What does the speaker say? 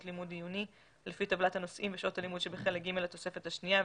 לימוד עיוני לפי טבלת הנושאים ושעות הלימוד שבחלק ג' לתוספת השנייה,